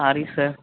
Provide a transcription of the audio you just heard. sorry sir